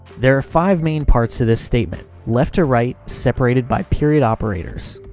there are five main parts to this statement, left to right, separated by period operators.